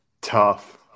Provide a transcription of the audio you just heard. Tough